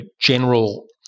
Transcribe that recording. general